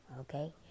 Okay